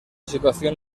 situación